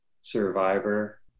Survivor